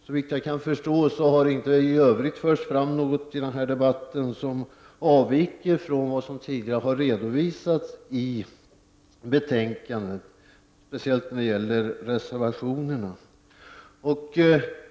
Såvitt jag kan förstå har det i debatten i övrigt inte förts fram något som avviker från vad som tidigare har redovisats i betänkandet. Det gäller speciellt reservationerna.